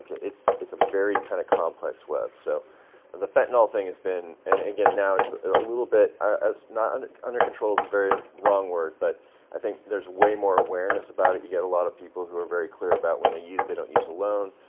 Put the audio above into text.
it's a very kind of complex web. so the fentanyl thing has been and again now it's a little bit, it's not, and under control is very wrong word, but i think there's way more awareness about it. you get a lot of people who are very clear about when they use, they don't use alone.